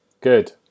good